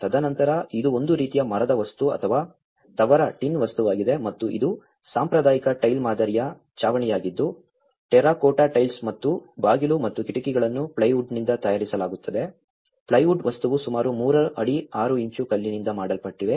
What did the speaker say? ತದನಂತರ ಇದು ಒಂದು ರೀತಿಯ ಮರದ ವಸ್ತು ಅಥವಾ ತವರ ವಸ್ತುವಾಗಿದೆ ಮತ್ತು ಇದು ಸಾಂಪ್ರದಾಯಿಕ ಟೈಲ್ ಮಾದರಿಯ ಛಾವಣಿಯಾಗಿದ್ದು ಟೆರಾಕೋಟಾ ಟೈಲ್ಸ್ ಮತ್ತು ಬಾಗಿಲು ಮತ್ತು ಕಿಟಕಿಗಳನ್ನು ಪ್ಲೈವುಡ್ನಿಂದ ತಯಾರಿಸಲಾಗುತ್ತದೆ ಪ್ಲೈವುಡ್ ವಸ್ತುವು ಸುಮಾರು 3 ಅಡಿ 6 ಇಂಚು ಕಲ್ಲಿನಿಂದ ಮಾಡಲ್ಪಟ್ಟಿದೆ